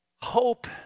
Hope